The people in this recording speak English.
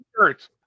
shirts